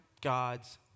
God's